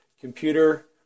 computer